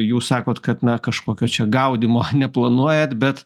jūs sakot kad na kažkokio čia gaudymo neplanuojat bet